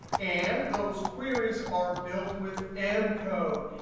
and those queries are built with m code,